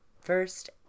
first